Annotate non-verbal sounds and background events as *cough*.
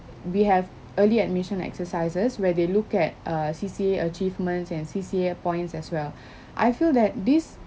we have early admission exercises where they look at err C_C_A achievements and C_C_A points as well *breath* I feel that this